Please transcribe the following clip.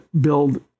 build